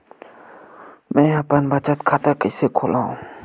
मेंहा अपन बचत खाता कइसे खोलव?